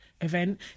event